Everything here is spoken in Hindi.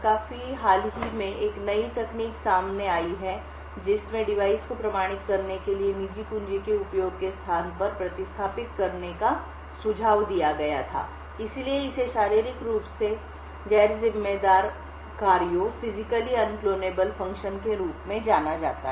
काफी हाल ही में एक नई तकनीक सामने आई है जिसमें डिवाइस को प्रमाणित करने के लिए निजी कुंजी के उपयोग के स्थान पर प्रतिस्थापित करने का सुझाव दिया गया था इसलिए इसे शारीरिक रूप से गैर जिम्मेदार कार्यों फिजिकली अन क्लोनेबल फंक्शन के रूप में जाना जाता है